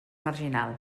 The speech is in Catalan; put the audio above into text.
marginal